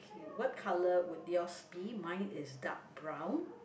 okay what colour would yours be mine is dark brown